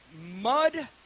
mud